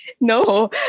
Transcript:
No